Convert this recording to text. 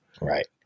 Right